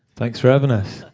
thanks for having us.